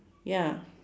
ya